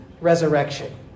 resurrection